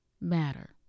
matter